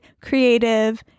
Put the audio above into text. creative